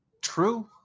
True